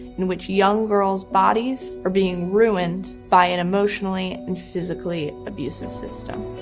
in which young girls' bodies are being ruined by an emotionally and physically abusive system.